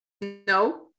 No